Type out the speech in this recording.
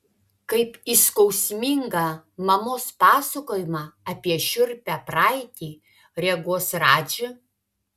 kaip į skausmingą mamos pasakojimą apie šiurpią praeitį reaguos radži